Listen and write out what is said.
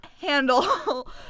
handle